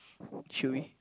should we